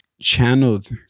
channeled